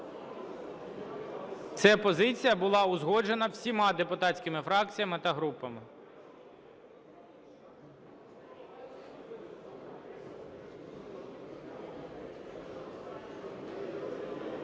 Ця позиція була узгоджена всіма депутатськими фракціями та групами.